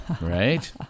right